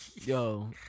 Yo